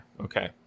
Okay